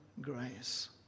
grace